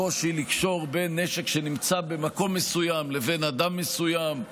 הקושי לקשור בין נשק שנמצא במקום מסוים לבין אדם מסוים,